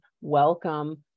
welcome